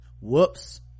whoops